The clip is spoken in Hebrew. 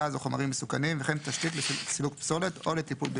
גז או חומרים מסוכנים וכן תשתית לסילוק פסולת או לטיפול בביוב."